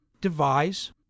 devise